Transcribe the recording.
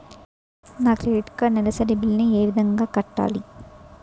నా credit card నెలసరి bill ని ఏ విధంగా కట్టాలి?